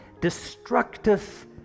destructive